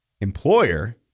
employer